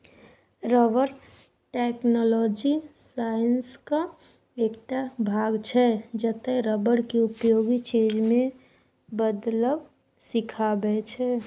rubber technology साइंसक एकटा भाग छै जतय रबर केँ उपयोगी चीज मे बदलब सीखाबै छै